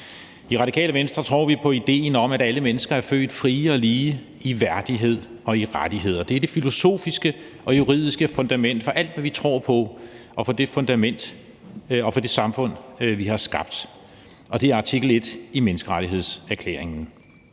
I Radikale Venstre tror vi på idéen om, at alle mennesker er født frie og lige i værdighed og rettigheder, og det er det filosofiske og juridiske fundament for alt, hvad vi tror på, og for det samfund, som vi har skabt, og det er artikel 1 i menneskerettighedserklæringen.